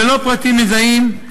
ללא פרטים מזהים,